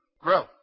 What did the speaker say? Grow